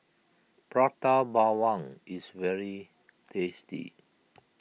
Prata Bawang is very tasty